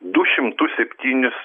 du šimtus septynis